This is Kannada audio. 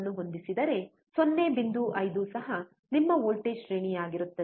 5 ಸಹ ನಿಮ್ಮ ವೋಲ್ಟೇಜ್ ಶ್ರೇಣಿಯಾಗಿರುತ್ತದೆ